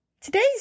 Today's